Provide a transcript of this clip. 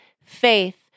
faith